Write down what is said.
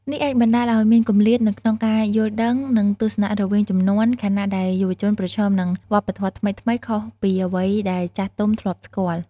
នេះអាចបណ្ដាលឱ្យមានគម្លាតនៅក្នុងការយល់ដឹង និងទស្សនៈរវាងជំនាន់ ខណៈដែលយុវជនប្រឈមនឹងវប្បធម៌ថ្មីៗ ខុសពីអ្វីដែលចាស់ទុំធ្លាប់ស្គាល់។